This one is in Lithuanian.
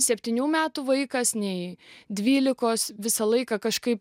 septynių metų vaikas nei dvylikos visą laiką kažkaip